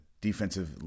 defensive